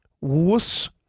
wuss